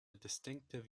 distinctive